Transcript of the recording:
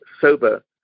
sober